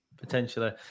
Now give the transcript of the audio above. Potentially